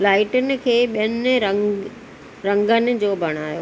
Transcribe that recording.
लाइटुनि खे ॿियनि रंग रंगनि जो बणायो